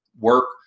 work